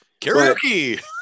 Karaoke